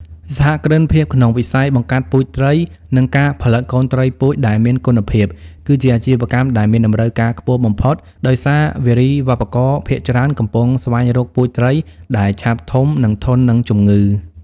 សហគ្រិនភាពក្នុងវិស័យបង្កាត់ពូជត្រី និងការផលិតកូនត្រីពូជដែលមានគុណភាព គឺជាអាជីវកម្មដែលមានតម្រូវការខ្ពស់បំផុត ដោយសារវារីវប្បករភាគច្រើនកំពុងស្វែងរកពូជត្រីដែលឆាប់ធំ និងធន់នឹងជំងឺ។